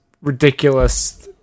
ridiculous